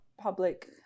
public